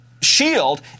shield